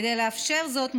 כדי לאפשר זאת,